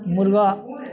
मुर्गा